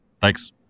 Thanks